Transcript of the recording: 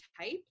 type